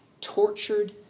tortured